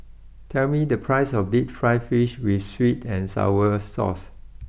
tell me the price of deep Fried Fish with sweet and Sour Sauce